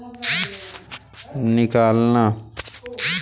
Debit का अर्थ क्या है?